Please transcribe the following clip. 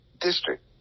district